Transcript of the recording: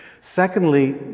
Secondly